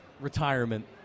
retirement